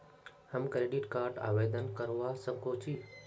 हम credit card आवेदन करवा संकोची?